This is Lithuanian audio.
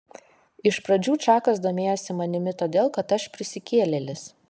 iš pradžių čakas domėjosi manimi todėl kad aš prisikėlėlis